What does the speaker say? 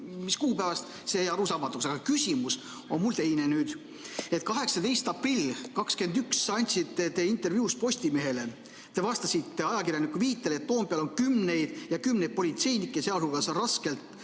mis kuupäevast, see jäi arusaamatuks. Aga küsimus on mul teine. 18. aprillil 2021 andsite te intervjuu Postimehele. Te vastasite ajakirjaniku väitele, et Toompeal on kümneid ja kümneid politseinikke, sh raskelt